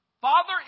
Father